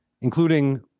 including